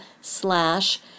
slash